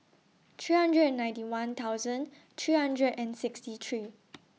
two hundred and ninety one thousand two hundred and sixty three